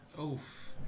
Oof